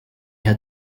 had